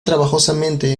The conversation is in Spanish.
trabajosamente